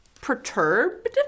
perturbed